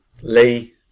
Lee